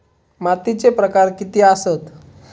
मातीचे प्रकार किती आसत?